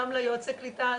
גם ליועצי הקליטה,